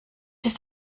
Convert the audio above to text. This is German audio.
ist